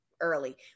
early